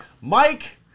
Mike